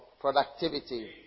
productivity